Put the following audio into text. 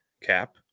cap